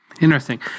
Interesting